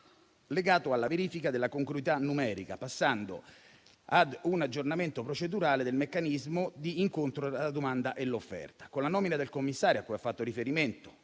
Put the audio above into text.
legato alla verifica della congruità numerica, passando ad un aggiornamento procedurale del meccanismo di incontro tra la domanda e l'offerta. Con la nomina del commissario a cui ha fatto riferimento,